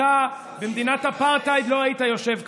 אתה במדינת אפרטהייד לא היית יושב כאן,